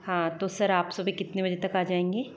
हाँ तो सर आप सुबह कितने बजे तक आ जाएंगे